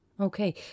Okay